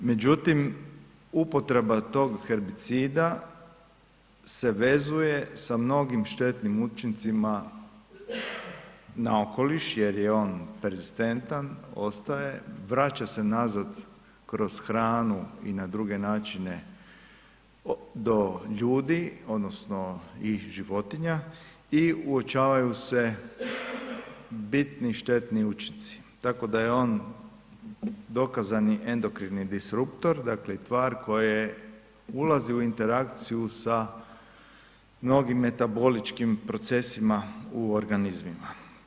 Međutim, upotreba tog herbicida se vezuje sa mnogim štetnim učincima na okoliš jer je on perzistentan, ostaje, vraća se nazad kroz hranu i na druge načine do ljudi odnosno i životinja i uočavaju se bitni štetni učinci, tako da je on dokazani endokrini disruktor, dakle i tvar koja ulazi u interakciju sa mnogim metaboličkim procesima u organizmima.